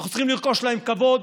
אנחנו צריכים לרחוש להם כבוד,